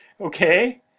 Okay